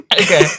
Okay